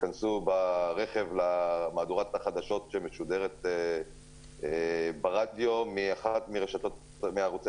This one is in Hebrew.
תיכנסו ברכב למהדורת החדשות שמשודרת ברדיו באחד מערוצי